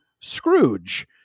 Scrooge